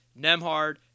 Nemhard